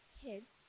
kids